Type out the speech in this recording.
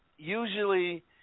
Usually